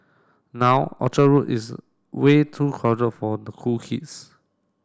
now Orchard Road is way too crowded for the cool kids